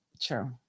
True